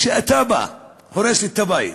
כשאתה בא והורס לי את הבית,